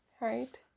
right